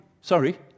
Sorry